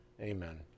Amen